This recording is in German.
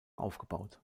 aufgebaut